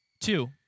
Two